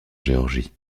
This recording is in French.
géorgie